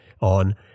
on